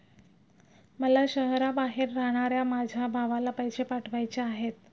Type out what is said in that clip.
मला शहराबाहेर राहणाऱ्या माझ्या भावाला पैसे पाठवायचे आहेत